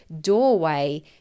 doorway